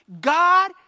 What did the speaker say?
God